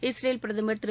Israel பிரதமர் திரு